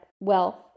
Wealth